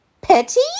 Petty